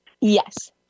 Yes